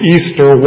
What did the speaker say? Easter